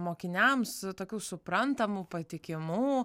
mokiniams tokių suprantamų patikimų